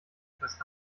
etwas